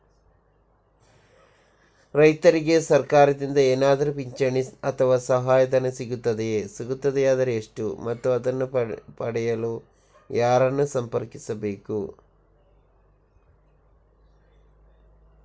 ರೈತರಿಗೆ ಸರಕಾರದಿಂದ ಏನಾದರೂ ಪಿಂಚಣಿ ಅಥವಾ ಸಹಾಯಧನ ಸಿಗುತ್ತದೆಯೇ, ಸಿಗುತ್ತದೆಯಾದರೆ ಎಷ್ಟು ಮತ್ತು ಅದನ್ನು ಪಡೆಯಲು ಯಾರನ್ನು ಸಂಪರ್ಕಿಸಬೇಕು?